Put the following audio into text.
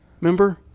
Remember